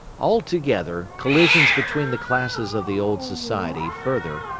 altogether collisions between the classes of the old society further,